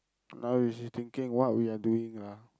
now you just thinking what we are doing lah